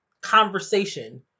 conversation